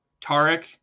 Tarek